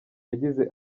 yagize